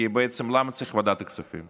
כי בעצם למה צריך את ועדת הכספים?